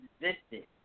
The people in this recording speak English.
existed